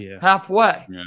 halfway